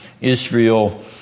Israel